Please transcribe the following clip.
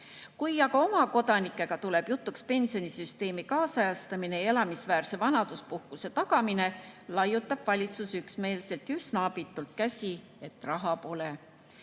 Kui aga [meie] kodanikega tuleb jutuks pensionisüsteemi kaasajastamine ja elamisväärse vanaduspuhkuse tagamine, laiutab [meie] valitsus üksmeelselt ja üsna abitult käsi, et raha pole.